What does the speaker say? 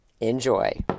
Enjoy